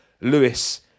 Lewis